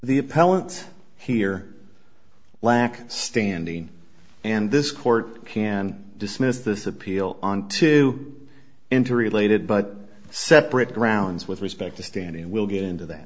appellant here lack standing and this court can dismiss this appeal on two interrelated but separate grounds with respect to standing will get into that